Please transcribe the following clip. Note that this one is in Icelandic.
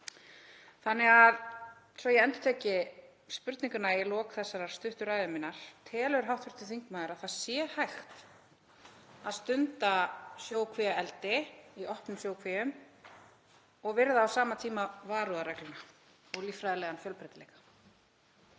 kerfið. Svo ég endurtaki spurninguna í lok þessarar stuttu ræðu minnar: Telur hv. þingmaður að það sé hægt að stunda sjókvíaeldi í opnum sjókvíum og virða á sama tíma varúðarregluna og líffræðilegan fjölbreytileika?